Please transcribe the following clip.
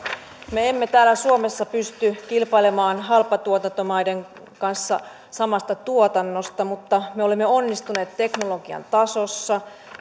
me emme täällä suomessa pysty kilpailemaan halpatuotantomaiden kanssa samasta tuotannosta mutta me olemme onnistuneet teknologian tasossa